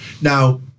Now